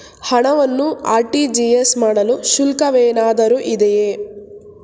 ಹಣವನ್ನು ಆರ್.ಟಿ.ಜಿ.ಎಸ್ ಮಾಡಲು ಶುಲ್ಕವೇನಾದರೂ ಇದೆಯೇ?